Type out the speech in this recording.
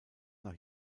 nach